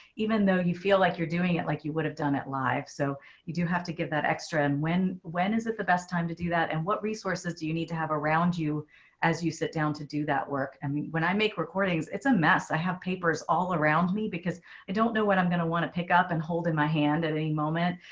even though you feel like you're doing it like you would have done it live. so you do have to give that extra. and when when is it the best time to do that? and what resources do you need to have around you as you sit down to do that work? and when i make recordings, it's a mess. i have papers all around me because i don't know what i'm going to want to pick up and hold in my hand at a moment.